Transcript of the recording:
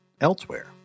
elsewhere